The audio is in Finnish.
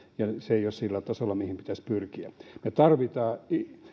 ja se ei ole sillä tasolla mihin pitäisi pyrkiä me tarvitsemme